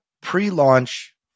pre-launch